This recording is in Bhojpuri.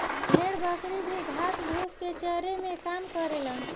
भेड़ बकरी भी घास फूस के चरे में काम करेलन